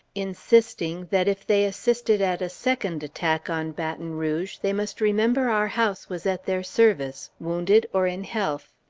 insisting that, if they assisted at a second attack on baton rouge, they must remember our house was at their service, wounded or in health.